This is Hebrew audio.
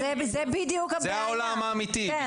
זה העולם האמיתי,